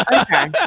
Okay